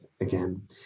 again